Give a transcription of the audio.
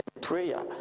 prayer